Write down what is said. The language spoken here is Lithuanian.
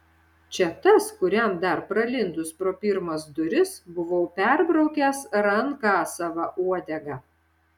čia tas kuriam dar pralindus pro pirmas duris buvau perbraukęs ranką sava uodega